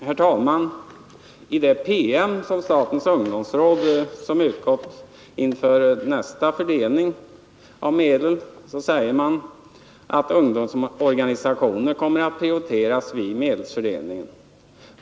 Herr talman! I den PM från statens ungdomsråd som utgått inför nästa fördelning av medel sägs att ungdomsorganisationer kommer att prioriteras vid medelsfördelningen.